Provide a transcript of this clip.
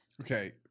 Okay